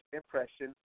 impression